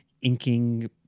inking